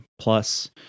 plus